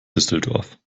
düsseldorf